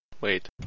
Wait